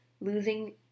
losing